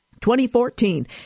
2014